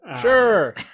Sure